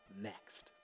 next